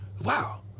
wow